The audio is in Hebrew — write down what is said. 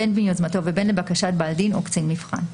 בין מיוזמתו ובין לבקשת בעל דין או קצין מבחן.